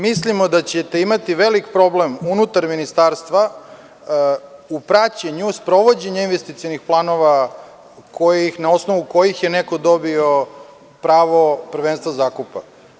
Mislimo da ćete imati veliki problem unutar Ministarstva u praćenju sprovođenja investicionih planova na osnovu kojih je neko dobio pravo prvenstva zakupa.